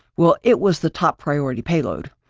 well, it was the top priority payload.